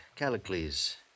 Callicles